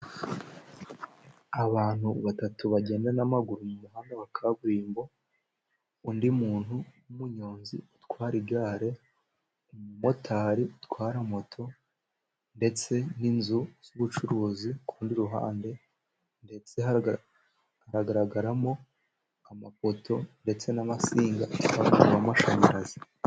Abantu batatu bagenda n'amaguru, mu muhanda wa kaburimbo, undi muntu w'umuyonzi utwara igare, umumotari utwara moto ndetse n'inzu z'ubucuruzi, kurundi ruhande ndetse hagaragaramo amapoto ndetse n'amatsinga atwara umuriro amashanyarazi.